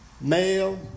Male